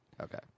Okay